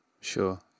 Sure